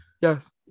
Yes